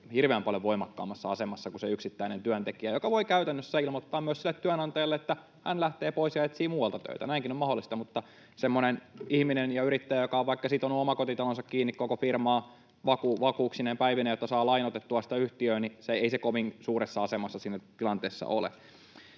hirveän paljon voimakkaammassa asemassa kuin se yksittäinen työntekijä, joka voi käytännössä ilmoittaa myös sille työnantajalle, että hän lähtee pois ja etsii muualta töitä. Näinkin on mahdollista. Mutta semmoinen ihminen ja yrittäjä, joka on vaikka sitonut omakotitalonsa kiinni koko firmaan vakuuksineen päivineen, että saa lainoitettua sitä yhtiötä, ei kovin suuressa asemassa siinä tilanteessa ole.